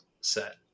set